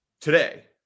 Today